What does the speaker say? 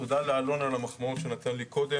תודה לאלון על המחמאות שהוא נתן לי קודם.